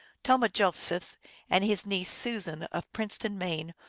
tomah josephs and his niece susan, of princeton, maine,